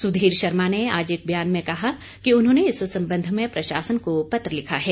सुधीर शर्मा ने आज एक बयान में कहा कि उन्होंने इस संबंध में प्रशासन को पत्र लिखा है